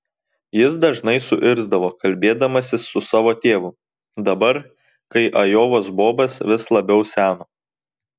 jis dažnai suirzdavo kalbėdamasis su savo tėvu dabar kai ajovos bobas vis labiau seno